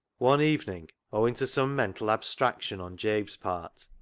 one evening, owing to some mental abstrac tion on jabe's part,